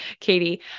Katie